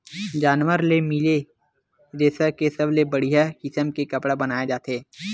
जानवर ले मिले रेसा के सबले बड़िया किसम के कपड़ा बनाए जाथे